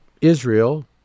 Israel